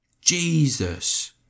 Jesus